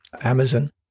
Amazon